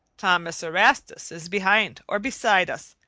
thomas erastus is behind or beside us,